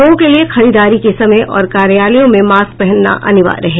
लोगों के लिये खरीदारी के समय और कार्यालयों में मास्क पहनना अनिवार्य है